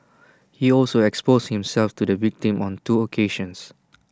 he also exposed himself to the victim on two occasions